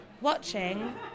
watching